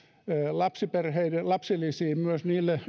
lapsiperheiden lapsilisiin myös niille